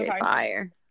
fire